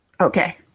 Okay